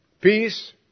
Peace